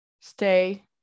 Stay